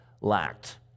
lacked